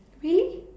really